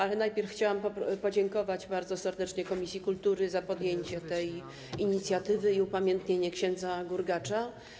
Ale najpierw chciałam podziękować bardzo serdecznie komisji kultury za podjęcie tej inicjatywy i upamiętnienie ks. Gurgacza.